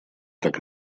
так